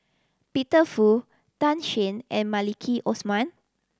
Peter Fu Tan Shen and Maliki Osman